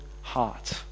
heart